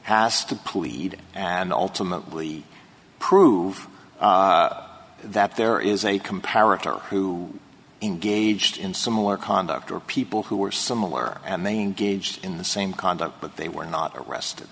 has to plead and ultimately prove that there is a comparative who engaged in similar conduct or people who were similar and main gauged in the same conduct but they were not arrested